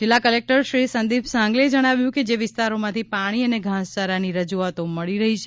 જિલ્લા કલેકટરશ્રી સંદિપ સાંગલેએ જણાવ્યું કે જે વિસ્તારોમાંથી પાણી અને ઘાસચારાની રજૂઆતો મલી રહી છે